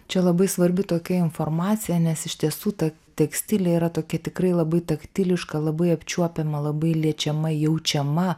čia labai svarbi tokia informacija nes iš tiesų ta tekstilė yra tokia tikrai labai taktiliška labai apčiuopiama labai liečiama jaučiama